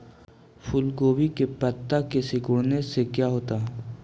फूल गोभी के पत्ते के सिकुड़ने से का होता है?